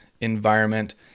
environment